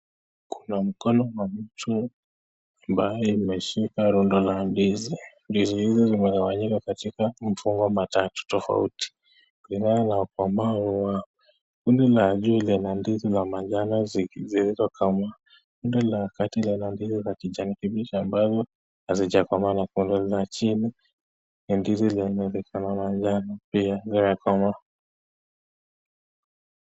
Kuna mkono wa mtu ambaye umeshika rundo la ndizi. Ndizi hizi zimetawanyika katika mfumo wa matatu tofauti kulingana na ukomavu wao. Kundi la juu lina ndizi za manjano zilizokomaa. Kundi la kati lina ndizi za kijani kibichi ambazo hazijakomaa. Na kundi la chini ndizi zenye zinaonekana manjano pia zimekomaa.